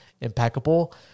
impeccable